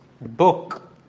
book